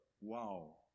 wow